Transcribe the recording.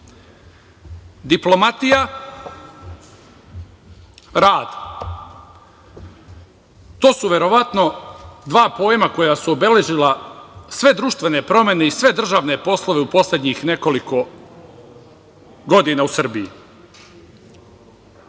diplomatija i rad, to su verovatno dva pojma koja su obeležila sve društvene promene i sve državne poslove u poslednjih nekoliko godina u Srbiji. Kada